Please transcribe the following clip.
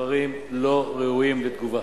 הדברים לא ראויים לתגובה.